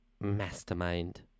mastermind